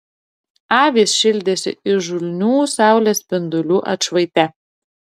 avys šildėsi įžulnių saulės spindulių atšvaite